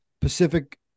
Pacific